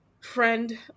friend